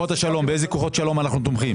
באיזה כוחות שלום אנו תומכים?